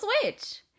switch